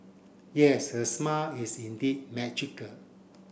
yes her smile is indeed magical